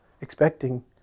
expecting